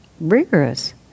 rigorous